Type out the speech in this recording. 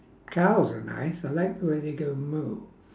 cows are nice I like when they go moo